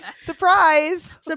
Surprise